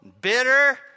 Bitter